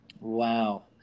Wow